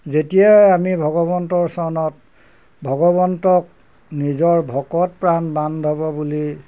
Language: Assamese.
যেতিয়াই আমি ভগৱন্তৰ চৰণত ভগৱন্তক নিজৰ ভকত প্ৰাণ বান্ধ হ'ব বুলি